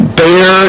bear